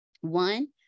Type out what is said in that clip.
One